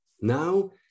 Now